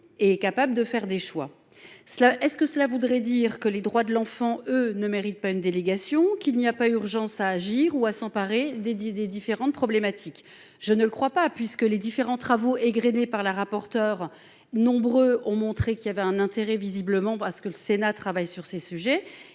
et est capable de faire des choix. Cela est-ce que cela voudrait dire que les droits de l'enfant, eux ne mérite pas une délégation qu'il n'y a pas urgence à agir ou à s'emparer des des différentes problématiques. Je ne le crois pas puisque les différents travaux égrainés par la rapporteure nombreux ont montré qu'il avait un intérêt visiblement parce que le Sénat travaille sur ces sujets